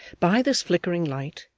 by this flickering light,